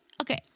okay